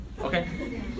Okay